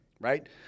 Right